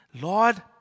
Lord